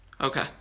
Okay